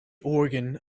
organ